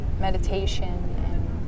meditation